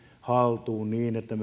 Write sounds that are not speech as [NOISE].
haltuun niin että [UNINTELLIGIBLE]